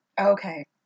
Okay